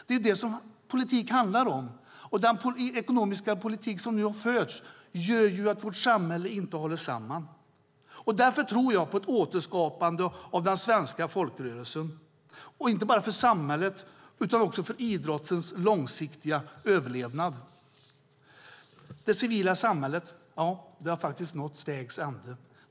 Det är det som politik handlar om, och den ekonomiska politik som nu har förts gör att vårt samhälle inte håller samman. Därför tror jag på ett återskapande av den svenska folkrörelsen, inte bara för samhället utan också för idrottens långsiktiga överlevnad. Det civila samhället har faktiskt nått vägs ände.